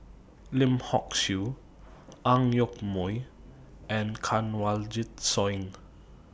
Lim Hock Siew Ang Yoke Mooi and Kanwaljit Soin